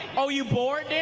ah you bored?